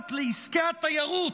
החל"ת לעסקי התיירות,